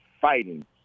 fighting